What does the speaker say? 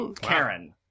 Karen